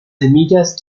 semillas